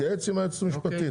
להתייעץ עם היועץ המשפטי.